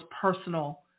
personal